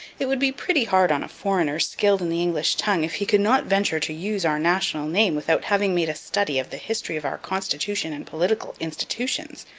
it would be pretty hard on a foreigner skilled in the english tongue if he could not venture to use our national name without having made a study of the history of our constitution and political institutions.